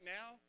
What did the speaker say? now